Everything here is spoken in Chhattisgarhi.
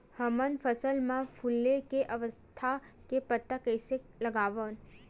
हमन फसल मा फुले के अवस्था के पता कइसे लगावन?